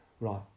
right